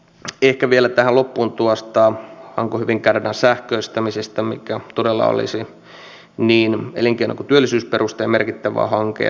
nyt meidän poliittisina päätöksentekijöinä on todellakin havahduttava ja kyllä täytyy sanoa että hallitus on reagoinutkin